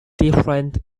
different